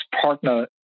partner